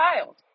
child